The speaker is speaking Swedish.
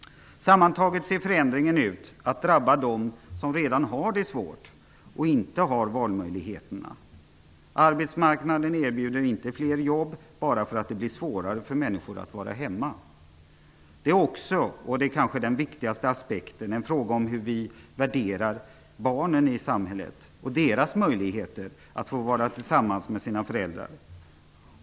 Sammantaget ser förändringen ut att drabba dem som redan har det svårt, och som inte har valmöjligheter. Arbetsmarknaden erbjuder inte fler jobb bara för att det blir svårare för människor att vara hemma. Detta är också, och det kanske är den viktigaste aspekten, en fråga om hur vi värderar barnen i samhället och om hur vi ser på deras möjligheter att få vara tillsammans med sina föräldrar.